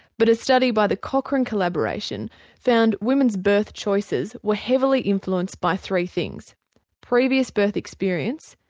but a study by the cochrane collaboration found women's birth choices were heavily influenced by three things previous birth experience,